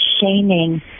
shaming